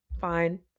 fine